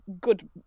good